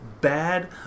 bad